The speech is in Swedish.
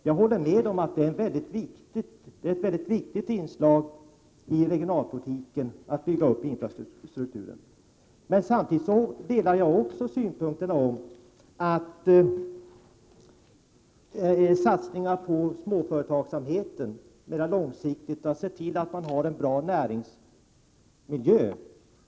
Jag håller med om att det är ett viktigt inslag i regionalpolitiken att bygga upp infrastrukturen. Samtidigt delar jag synpunkterna om att det är viktigt med långsiktiga satsningar på småföretagsamheten och att man bör se till att man har en bra näringsmiljö.